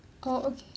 oh okay